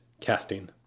casting